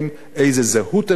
איזו זהות הם מחפשים.